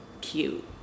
cute